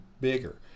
bigger